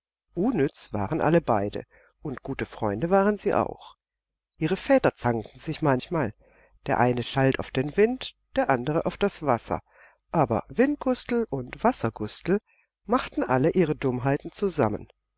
unnütz waren alle beide und gute freunde waren sie auch ihre väter zankten sich manchmal der eine schalt auf den wind der andere auf das wasser aber windgustel und wassergustel machten alle ihre dummheiten zusammen